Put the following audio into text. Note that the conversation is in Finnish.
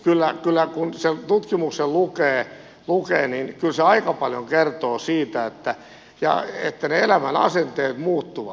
mutta kun sen tutkimuksen lukee niin kyllä se aika paljon kertoo siitä että ne elämänasenteet muuttuvat